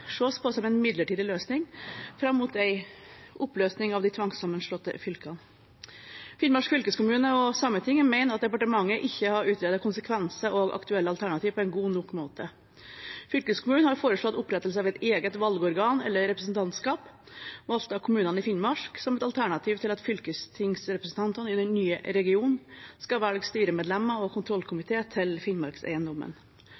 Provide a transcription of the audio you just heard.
ses på som en midlertidig løsning fram mot en oppløsning av de tvangssammenslåtte fylkene. Finnmark fylkeskommune og Sametinget mener at departementet ikke har utredet konsekvenser og aktuelle alternativ på en god nok måte. Fylkeskommunen har foreslått opprettelse av et eget valgorgan eller representantskap valgt av kommunene i Finnmark som et alternativ til at fylkestingsrepresentantene i den nye regionen skal velge styremedlemmer og